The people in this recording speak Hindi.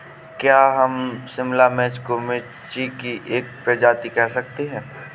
क्या हम शिमला मिर्च को मिर्ची की एक प्रजाति कह सकते हैं?